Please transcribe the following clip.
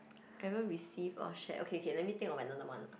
ever receive or share okay okay let me think of another one